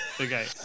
Okay